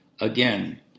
Again